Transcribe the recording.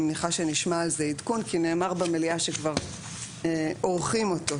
אני מניחה שנשמע על זה עדכון כי נאמר במליאה שכבר עורכים אותו.